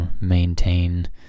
maintain